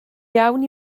iawn